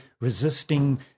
resisting